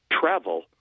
travel